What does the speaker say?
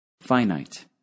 Finite